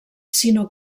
sinó